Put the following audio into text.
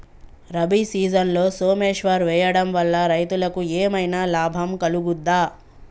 రబీ సీజన్లో సోమేశ్వర్ వేయడం వల్ల రైతులకు ఏమైనా లాభం కలుగుద్ద?